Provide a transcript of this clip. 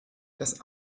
das